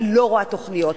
אני לא רואה תוכניות.